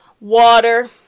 water